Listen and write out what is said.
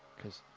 cause.